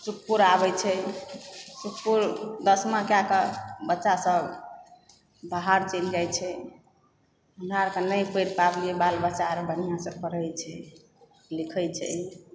सुखपुर आबै छै सुखपुर दशमा कएकऽ बच्चासभ बाहर चलि जाइत छै हमरा अरके नहि पढ़ि पाबलियै बाल बच्चाअर बढ़िआँसँ पढ़ैत छै लिखैत छै